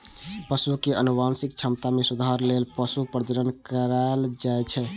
पशु के आनुवंशिक क्षमता मे सुधार लेल पशु प्रजनन कराएल जाइ छै